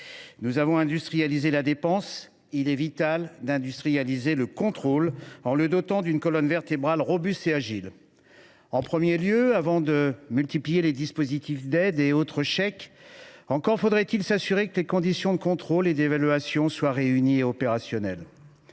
Nous avons industrialisé la dépense ; il est vital d’industrialiser le contrôle, en le dotant d’une colonne vertébrale robuste et agile. En premier lieu, avant de multiplier les dispositifs d’aides et autres chèques, encore faudrait il s’assurer que les conditions de contrôle et d’évaluation soient réunies et opérationnelles.